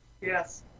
Yes